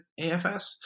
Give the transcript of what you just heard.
AFS